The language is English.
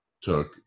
took